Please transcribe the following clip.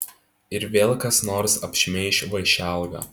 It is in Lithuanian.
ir vėl kas nors apšmeiš vaišelgą